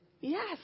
Yes